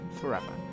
forever